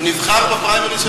הוא נבחר בפריימריז,